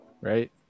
right